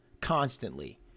constantly